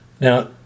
now